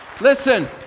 listen